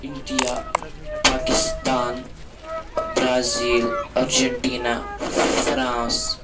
India Pakistan Brazil Argentina France